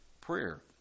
prayer